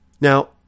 Now